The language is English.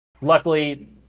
Luckily